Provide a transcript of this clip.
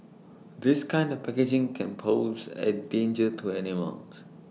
this kind of packaging can pose A danger to animals